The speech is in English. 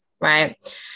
right